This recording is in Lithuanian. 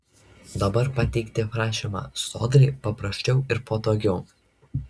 dabar pateikti prašymą sodrai paprasčiau ir patogiau